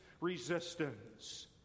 resistance